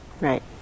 Right